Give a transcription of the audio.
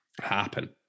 happen